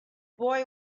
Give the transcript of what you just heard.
boy